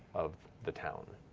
of the town.